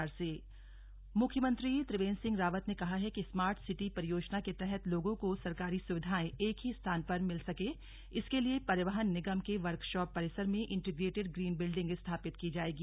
CM बैठक मुख्यमंत्री त्रिवेन्द्र सिंह रावत ने कहा है कि स्मार्ट सिटी परियोजना के तहत लोगों को सरकारी सुविधाएं एक ही स्थान पर मिल सके इसके लिए परिवहन निगम के वर्कशॉप परिसर में इंटीग्रेटेड ग्रीन बिल्डिंग स्थापित की जायेगी